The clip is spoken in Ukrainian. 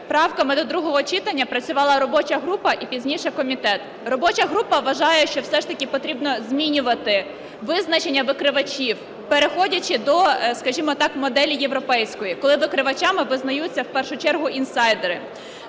правками до другого читання працювала робоча група і пізніше комітет. Робоча група вважає, що все ж таки потрібно змінювати визначення викривачів, переходячи до, скажімо так, моделі європейської, коли викривачами визнаються в першу чергу інсайдери.